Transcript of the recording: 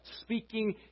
speaking